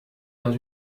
dans